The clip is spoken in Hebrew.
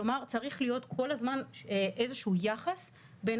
כלומר צריך להיות כל הזמן איזשהו יחס בין